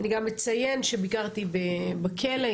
אני גם אציין שביקרתי בכלא,